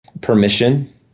Permission